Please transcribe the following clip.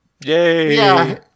Yay